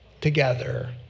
together